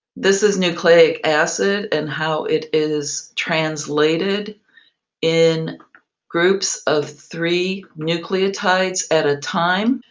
this is nucleic acid and how it is translated in groups of three nucleotides at a time.